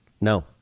No